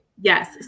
Yes